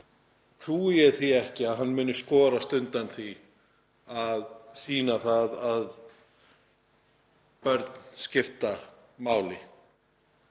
trúi ég því ekki að hann muni skorast undan því að sýna það að börn skipta máli,